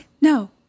No